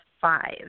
five